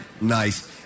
Nice